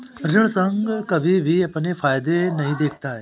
ऋण संघ कभी भी अपने फायदे नहीं देखता है